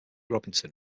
robinson